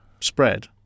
spread